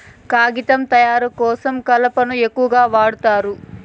కాగితం తయారు కోసం కలపను ఎక్కువగా వాడుతారు